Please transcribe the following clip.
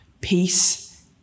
Peace